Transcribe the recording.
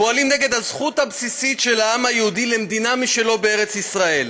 פועלים נגד הזכות הבסיסית של העם היהודי למדינה משלו בארץ ישראל: